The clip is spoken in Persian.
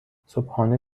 صبحانه